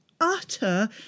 utter